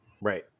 Right